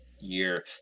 year